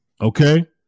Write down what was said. okay